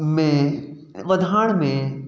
हुन में वधाइण में